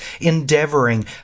endeavoring